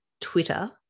Twitter